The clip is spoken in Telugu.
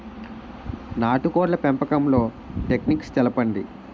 నాటుకోడ్ల పెంపకంలో టెక్నిక్స్ తెలుపండి?